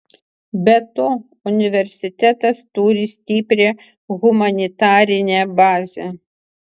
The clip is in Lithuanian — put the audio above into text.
be to universitetas turi stiprią humanitarinę bazę